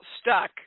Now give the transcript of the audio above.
stuck